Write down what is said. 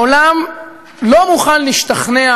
העולם לא מוכן להשתכנע,